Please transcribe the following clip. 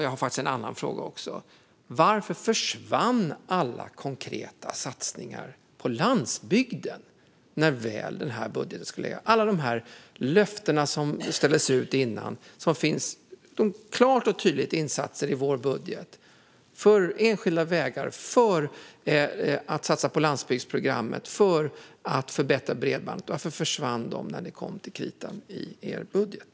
Jag har faktiskt en annan fråga också: Varför försvann alla konkreta satsningar på landsbygden och alla löften som ställdes ut innan den här budgeten väl lades fram? Det fanns klara och tydliga insatser för enskilda vägar och för att satsa på landsbygdsprogrammet och förbättra bredbandet. Varför försvann detta när det kom till kritan i er budget?